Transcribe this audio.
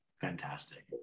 Fantastic